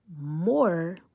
more